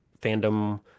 fandom